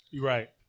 Right